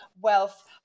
wealth